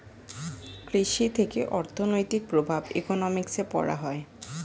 কৃষি কাজ থেকে অর্থনৈতিক প্রভাব ইকোনমিক্সে পড়া হয়